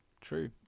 true